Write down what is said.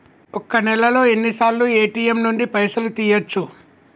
ఒక్క నెలలో ఎన్నిసార్లు ఏ.టి.ఎమ్ నుండి పైసలు తీయచ్చు?